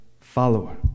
follower